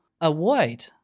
avoid